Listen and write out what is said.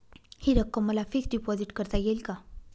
हि रक्कम मला फिक्स डिपॉझिट करता येईल का?